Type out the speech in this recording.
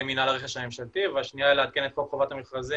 על ידי מינהל הרכש הממשלתי והשנייה לעדכן את כל חובת המכרזים